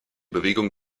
bewegung